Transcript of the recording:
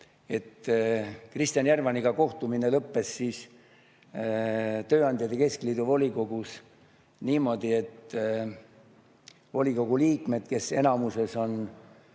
et Kristjan Järvaniga kohtumine lõppes tööandjate keskliidu volikogus niimoodi, et volikogu liikmed, kes enamuses on